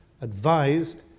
Advised